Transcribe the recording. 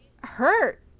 hurt